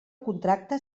contracte